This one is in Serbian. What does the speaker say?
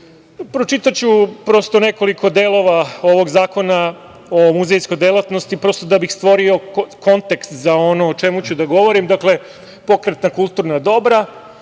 pročitaću nekoliko delova ovog Zakona o muzejskoj delatnosti, da bih stvorio kontekst za ono o čemu ću da govorim. Dakle, pokretna kulturna dobra